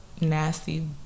nasty